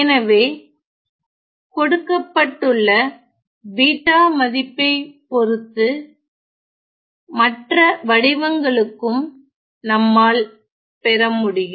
எனவே கொடுக்கப்பட்டுள்ள பீட்டா மதிப்பை பொறுத்து மற்ற வடிவங்களுக்கும் நம்மால் பெற முடியும்